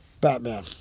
Batman